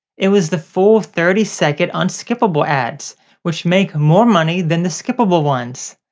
it was the full thirty second unskippable ads which make more money than the skippable ones.